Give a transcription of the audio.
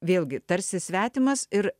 vėlgi tarsi svetimas ir